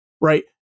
right